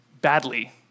badly